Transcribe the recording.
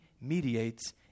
mediates